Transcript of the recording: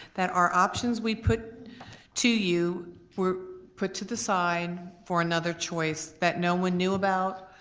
that our options we put to you were put to the side for another choice that no one knew about